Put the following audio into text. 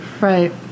right